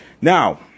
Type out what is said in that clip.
Now